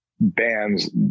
bands